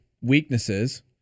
weaknesses